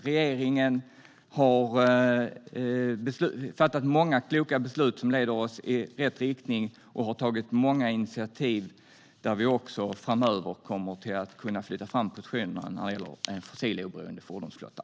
Regeringen har fattat många kloka beslut som leder oss i rätt riktning och har tagit många initiativ där vi också framöver kommer att kunna flytta fram positionerna när det gäller en fossiloberoende fordonsflotta.